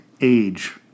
Age